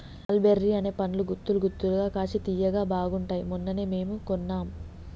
మల్ బెర్రీ అనే పండ్లు గుత్తులు గుత్తులుగా కాశి తియ్యగా బాగుంటాయ్ మొన్ననే మేము కొన్నాం